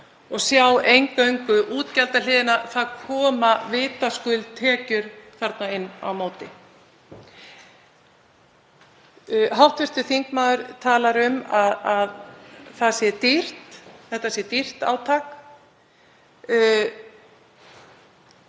og sjá eingöngu útgjaldahliðina. Það koma vitaskuld tekjur þarna inn á móti. Hv. þingmaður talar um að þetta sé dýrt átak.